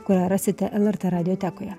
kurią rasite lrt radiotekoje